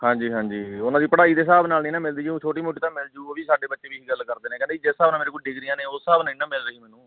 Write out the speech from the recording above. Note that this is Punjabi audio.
ਹਾਂਜੀ ਹਾਂਜੀ ਉਹਨਾਂ ਦੀ ਪੜ੍ਹਾਈ ਦੇ ਹਿਸਾਬ ਨਾਲ ਨਹੀਂ ਨਾ ਮਿਲਦੀ ਊਂ ਛੋਟੀ ਮੋਟੀ ਤਾਂ ਮਿਲਜੂ ਉਹ ਵੀ ਸਾਡੇ ਬੱਚੇ ਵੀ ਇਹੀ ਗੱਲ ਕਰਦੇ ਨੇ ਕਹਿੰਦੇ ਜਿਸ ਹਿਸਾਬ ਨਾਲ ਮੇਰੇ ਕੋਲ ਡਿਗਰੀਆਂ ਨੇ ਉਸ ਹਿਸਾਬ ਨਾਲ ਨਹੀਂ ਨਾ ਮਿਲ ਰਹੀ ਮੈਨੂੰ